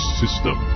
system